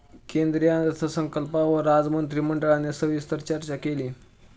केंद्रीय अर्थसंकल्पावर आज मंत्रिमंडळाने सविस्तर चर्चा केली